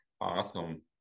Awesome